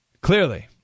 Clearly